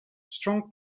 strong